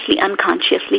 unconsciously